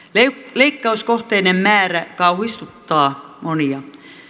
leikkauskohteiden määrä kauhistuttaa monia